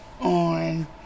on